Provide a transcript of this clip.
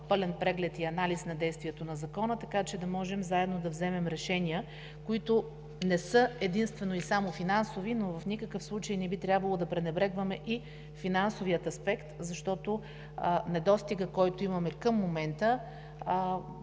пълен преглед и анализ на действието на Закона, така че да можем заедно да вземем решения, които не са единствено и само финансови, но в никакъв случай не би трябвало да пренебрегваме и финансовия аспект, защото недостигът, който имаме към момента,